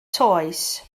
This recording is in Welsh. toes